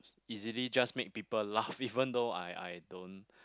easily just make people laugh even though I I don't